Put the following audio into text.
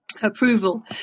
approval